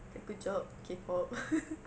good job K pop